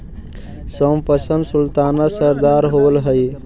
Thompson sultana रसदार होब हई